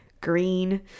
green